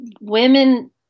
women